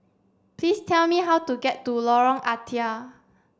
please tell me how to get to Lorong Ah Thia